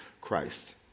Christ